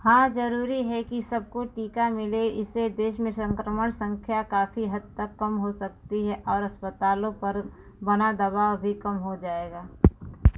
हाँ जरूरी है कि सबको टीका मिले इसे देश में संक्रमण सँख्या काफ़ी हद तक कम हो सकती है और अस्पतालों पर बना दबाव भी कम हो जाएगा